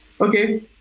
Okay